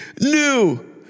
new